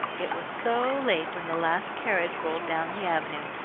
it was so late when the last carriage rolled down the avenue,